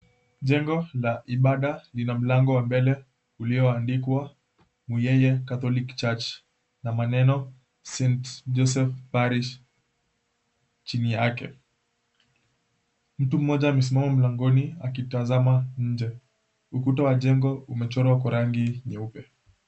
Jengo la ibada lina mlango wa mbele ulioandikwa Muyeye Catholic Church na maneno St. Joseph Parish chini yake. Mtu mmoja amesimama mlangoni akitazama nje. Ukuta wa jengo umechorwa kwa rangi nyeupe.